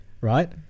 right